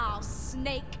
snake